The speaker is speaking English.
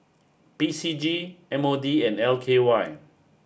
P C G M O D and L K Y